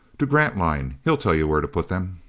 to grantline. he'll tell you where to put them.